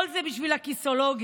כל זה בשביל הכיסאולוגיה.